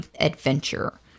adventure